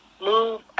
move